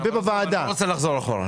אני לא רוצה לחזור אחורה.